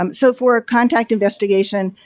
um so, for contact investigation,